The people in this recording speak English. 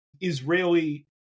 Israeli